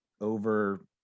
over